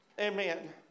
Amen